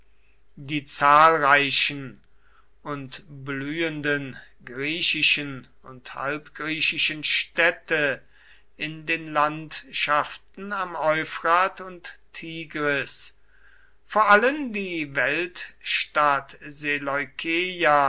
die zahlreichen und blühenden griechischen und halbgriechischen städte in den landschaften am euphrat und tigris vor allen die